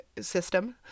system